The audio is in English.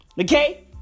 okay